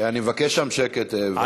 אני מבקש שם שקט.